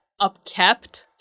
upkept